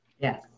yes